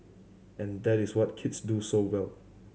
and that is what kids do so well